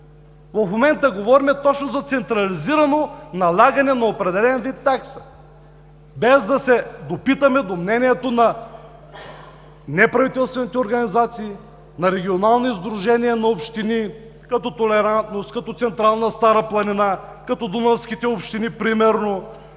В момента говорим точно за централизирано налагане на определен вид такса, без да се допитаме до мнението на неправителствените организации, на регионални сдружения, на Националното сдружение на общините – като толерантност, като Централна Стара планина, като дунавските общини.